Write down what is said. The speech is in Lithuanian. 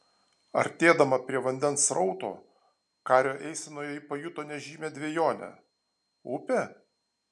artėdama prie vandens srauto kario eisenoje ji pajuto nežymią dvejonę upė